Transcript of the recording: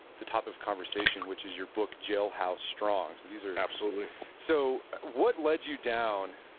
the topic of conversation which is your book jailhouse strong. so these are, absolutely so what led you down,